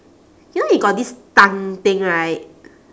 you know you got this tongue thing right